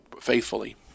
faithfully